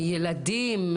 ילדים,